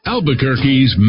Albuquerque's